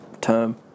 term